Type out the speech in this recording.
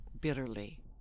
bitterly